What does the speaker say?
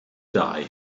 die